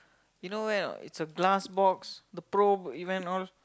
you know where or not it's a glass box the pro event all